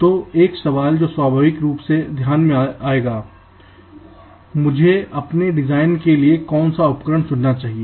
तो एक सवाल जो स्वाभाविक रूप से ध्यान में आएगा मुझे अपने डिजाइन के लिए कौन सा उपकरण चुनना चाहिए